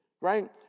right